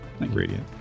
ingredient